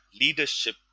leadership